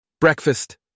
Breakfast